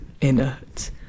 inert